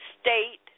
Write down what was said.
state